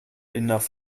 enough